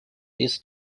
this